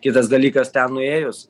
kitas dalykas ten nuėjus